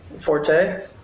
forte